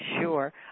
Sure